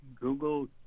Google